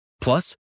Plus